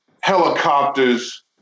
helicopters